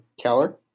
Keller